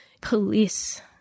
police